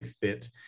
fit